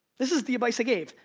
this is the advice i gave.